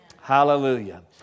Hallelujah